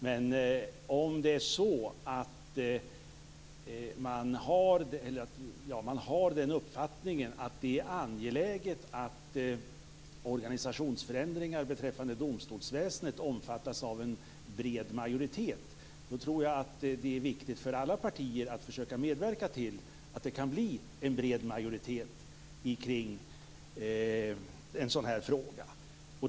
Men om man har uppfattningen att det är angeläget att organisationsförändringar beträffande domstolsväsendet omfattas av en bred majoritet tror jag att det är viktigt för alla partier att försöka medverka till att det kan bli en bred majoritet om en sådan fråga.